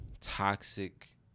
toxic